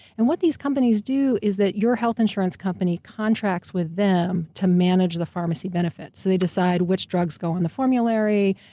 and what these companies do, is that your health insurance company contracts with them to manage the pharmacy benefits. they decide which drugs go on the formulary,